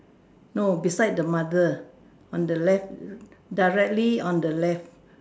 no beside the mother on the left directly on the left